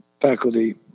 faculty